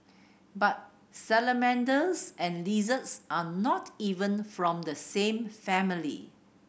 but salamanders and lizards are not even from the same family